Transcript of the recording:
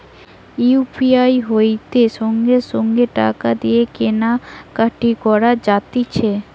UPI হইতে সঙ্গে সঙ্গে টাকা দিয়ে কেনা কাটি করা যাতিছে